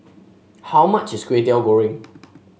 how much is Kway Teow Goreng